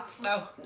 no